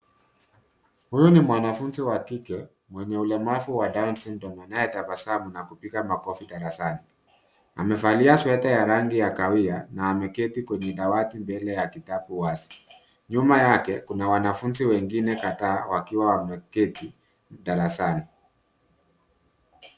Huyu ni mwanafunzi wa kike mwenye ulemavu wa down syndrome anayetabasamu na kupiga makofi darasani. Amevalia sweta ya rangi ya kahawia na ameketi kwenye dawati mbele ya kitabu wazi. Nyuma yake kuna wanafunzi wengine kadhaa wakiwa wameketi darasani.